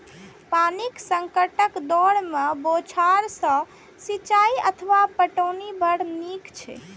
पानिक संकटक दौर मे बौछार सं सिंचाइ अथवा पटौनी बड़ नीक छै